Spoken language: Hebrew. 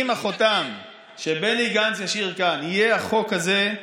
אם החותם שבני גנץ ישאיר כאן יהיה החוק הזה,